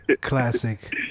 Classic